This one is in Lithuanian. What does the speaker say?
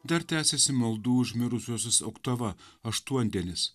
dar tęsiasi maldų už mirusiuosius oktava aštuondienis